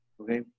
Okay